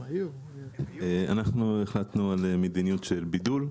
אנחנו החלטנו על מדיניות של בידול,